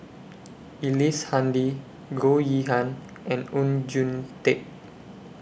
Ellice Handy Goh Yihan and Oon Jin Teik